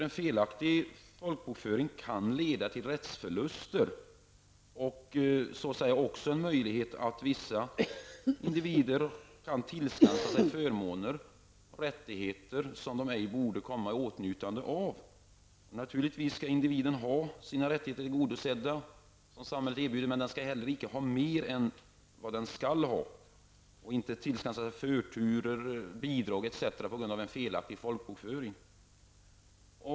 En felaktig folkbokföring kan leda till rättsförluster och utgöra en möjlighet för vissa individer att tillskansa sig förmåner, rättigheter som de ej borde komma i åtnjutande av. Naturligtvis skall individen ha sina rättigheter tillgodosedda som samhället erbjuder. Men den skall heller icke ha mer än vad den skall ha och icke kunna tillskansa sig förturer, bidrag osv. tack vare en felaktig folkbokföring.